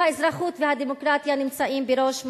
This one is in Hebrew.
האזרחות והדמוקרטיה נמצאים בראש מעייניו.